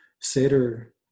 Seder